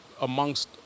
amongst